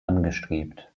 angestrebt